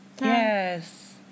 Yes